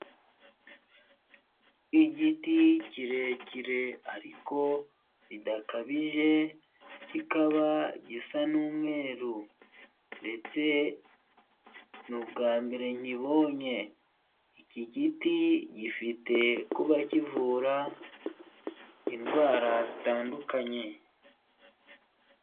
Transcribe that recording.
Igiti kirekire ariko bidakabije, kikaba gisa n'umweru, ndetse ni ubwambere nkibonye, iki giti gifite kuba kivura indwara zitandukanye.